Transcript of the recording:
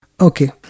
Okay